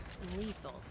lethal